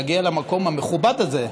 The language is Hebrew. להגיע למקום המכובד הזה.